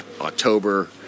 October